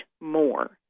more